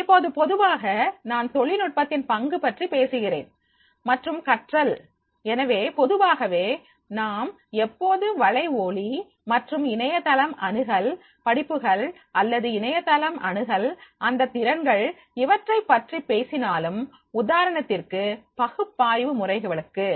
இப்போது பொதுவாக நான் தொழில்நுட்பத்தின் பங்கு பற்றி பேசுகிறேன் மற்றும் கற்றல் எனவே பொதுவாகவே நாம் எப்போது வளை ஒலி மற்றும் இணையதளம் அணுகல் படிப்புகள் அல்லது இணையதளம் அணுகல் அந்த திறன்கள் இவற்றைப் பற்றி பேசினாலும் உதாரணத்திற்கு பகுப்பாய்வு முறைகளுக்கு